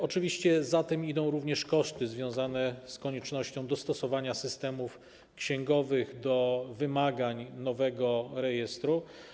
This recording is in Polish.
Oczywiście za tym idą również koszty związane z koniecznością dostosowania systemów księgowych do wymagań nowego rejestru.